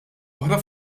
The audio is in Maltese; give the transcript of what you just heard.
oħra